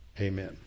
Amen